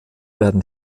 werden